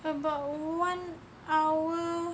about one hour